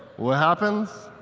what happens?